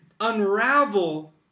unravel